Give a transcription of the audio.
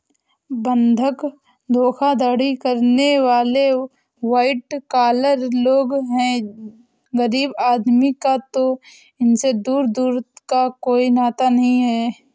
बंधक धोखाधड़ी करने वाले वाइट कॉलर लोग हैं गरीब आदमी का तो इनसे दूर दूर का कोई नाता नहीं है